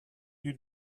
you